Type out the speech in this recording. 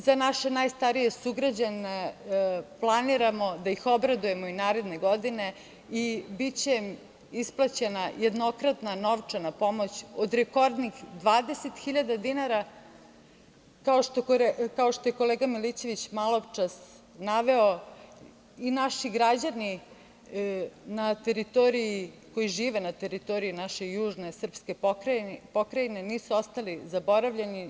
Za naše najstarije sugrađane planiramo da ih obradujemo i naredne godine i biće isplaćena jednokratna novčana pomoć od rekordnih 20.000 dinara, kao što je kolega Milićević maločas naveo, i naši građani koji žive na teritoriji naže južne srpske pokrajine nisu ostali zaboravljeni.